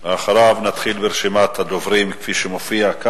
אחריו נתחיל ברשימת הדוברים כפי שהיא מופיעה כאן.